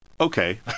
Okay